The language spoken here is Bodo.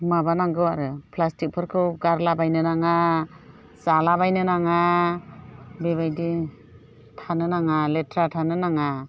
माबानांगौआरो प्लासटिकफोरखौ गारलाबायनो नाङा जाला बायनो नाङा बेबायदि थानो नाङा लेथ्रा थानो नाङा